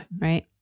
Right